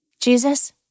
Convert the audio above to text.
Jesus